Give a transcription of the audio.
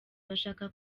bashaka